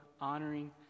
honoring